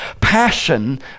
passion